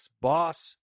boss